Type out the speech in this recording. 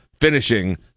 finishing